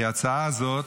כי ההצעה הזאת